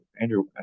Andrew